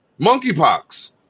monkeypox